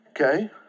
okay